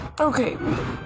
okay